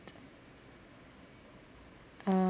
err